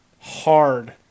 hard